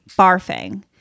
barfing